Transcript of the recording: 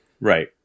right